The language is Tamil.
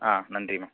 ஆ நன்றி மேம்